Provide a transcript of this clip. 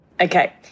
Okay